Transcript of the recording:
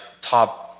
top